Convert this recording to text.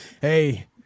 Hey